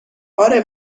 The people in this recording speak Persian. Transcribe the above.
اره